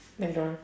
mcdonald